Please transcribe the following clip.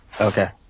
Okay